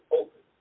open